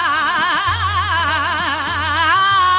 aa